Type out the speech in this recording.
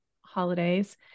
holidays